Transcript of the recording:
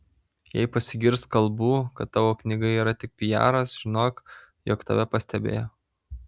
jei pasigirs kalbų kad tavo knyga yra tik pijaras žinok jog tave pastebėjo